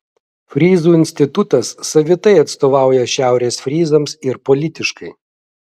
fryzų institutas savitai atstovauja šiaurės fryzams ir politiškai